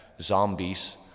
Zombies